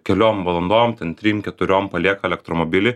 keliom valandom ten trim keturiom palieka elektromobilį